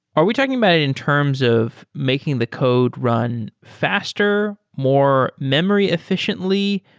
are we talking about it in terms of making the code run faster, more memory effi ciently?